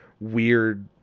weird